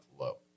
low